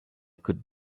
could